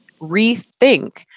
rethink